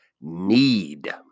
need